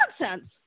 nonsense